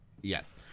Yes